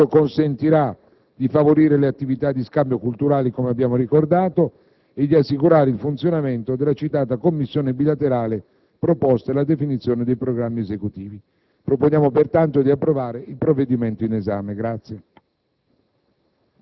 Questo consentiradi favorire le attivita di scambio culturale – come abbiamo ricordato – e di assicurare il funzionamento della citata Commissione bilaterale proposta e la definizione dei programmi esecutivi. Proponiamo, pertanto, di approvare il provvedimento in esame.